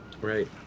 Right